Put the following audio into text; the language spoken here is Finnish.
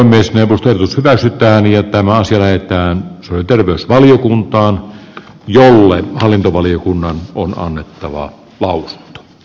myös neuvottelussa vältytään liottamaan siipiään terveysvaliokuntaan jolle tähän meidän pitää pyrkiä